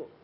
i